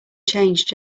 changed